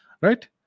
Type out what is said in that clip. Right